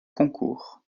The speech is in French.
concours